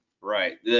Right